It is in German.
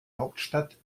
hauptstadt